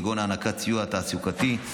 כגון הענקת סיוע תעסוקתי,